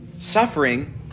Suffering